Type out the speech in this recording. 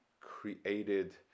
created